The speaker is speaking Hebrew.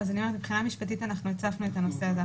מבחינה משפטית אנחנו הצפנו את הנושא הזה,